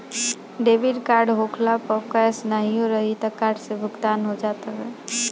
debit card होखला पअ cash नाहियो रही तअ कार्ड से भुगतान हो जात हवे